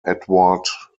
edward